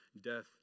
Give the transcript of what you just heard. death